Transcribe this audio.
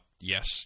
Yes